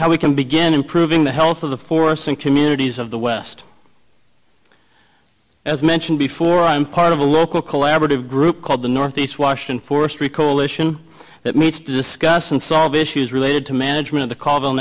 how we can begin improving the health of the forests and communities of the west as mentioned before i'm part of a local collaborative group called the northeast washington forestry coalition that meets to discuss and solve issues related to management to call them